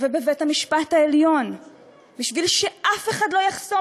ובבית-המשפט העליון בשביל שאף אחד לא יחסום